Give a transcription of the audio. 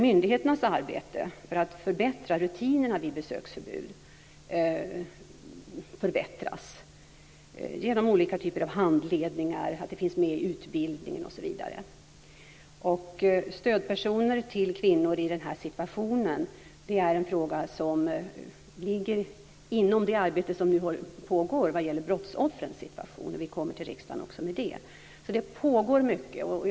Myndigheternas arbete för att förbättra rutinerna vid besöksförbud förbättras också genom olika typer av handledningar, genom att det finns med i utbildningen, osv. Stödpersoner till kvinnor i den här situationen är en fråga som ligger inom det arbete som nu pågår vad gäller brottsoffrens situation. Vi kommer till riksdagen också med det. Det pågår alltså mycket.